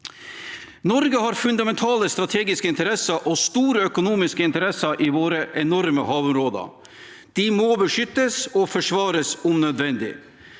Norge har fundamentale strategiske interesser og store økonomiske interesser i våre enorme havområder. De må beskyttes og forsvares om nødvendig.